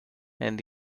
and